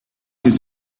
his